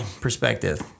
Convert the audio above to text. perspective